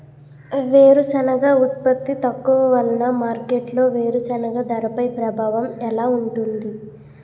వేరుసెనగ ఉత్పత్తి తక్కువ వలన మార్కెట్లో వేరుసెనగ ధరపై ప్రభావం ఎలా ఉంటుంది?